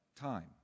time